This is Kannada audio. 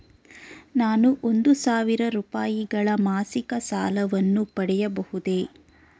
ನಾನು ಒಂದು ಸಾವಿರ ರೂಪಾಯಿಗಳ ಮಾಸಿಕ ಸಾಲವನ್ನು ಪಡೆಯಬಹುದೇ?